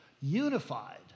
unified